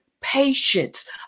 patience